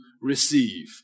receive